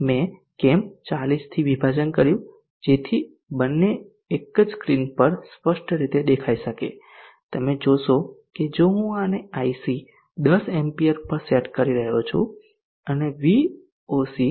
મેં કેમ 40 થી વિભાજન કર્યું જેથી બંને એક જ સ્ક્રીન પર સ્પષ્ટ રીતે દેખાઈ શકે તમે જોશો કે જો હું આને IC 10 એમ્પીયર પર સેટ કરી રહ્યો છું અને Voc માટે આશરે 40 v છે